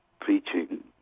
preaching